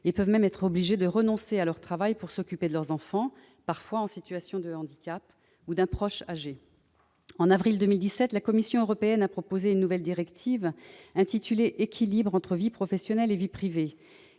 et peuvent même être obligées de renoncer à leur travail pour s'occuper de leurs enfants, parfois en situation de handicap, ou d'un proche âgé. En avril 2017, la Commission européenne a proposé d'adopter une nouvelle directive concernant l'équilibre entre vie professionnelle et vie privée.